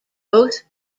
both